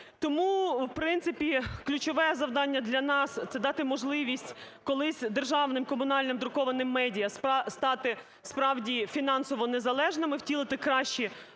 Тому, в принципі, ключове завдання для нас - це дати можливість колись державним комунальним друкованим медіа стати, справді, фінансово незалежними, втілити кращі